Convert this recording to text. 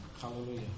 Hallelujah